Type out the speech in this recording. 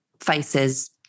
faces